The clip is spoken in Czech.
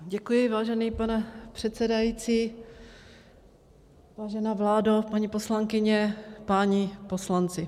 Děkuji, vážený pane předsedající, vážená vládo, paní poslankyně, páni poslanci.